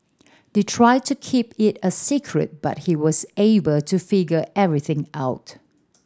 they tried to keep it a secret but he was able to figure everything out